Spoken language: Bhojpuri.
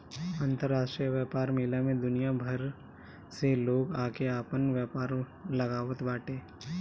अंतरराष्ट्रीय व्यापार मेला में दुनिया भर से लोग आके आपन व्यापार लगावत बाटे